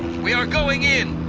we are going in.